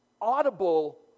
audible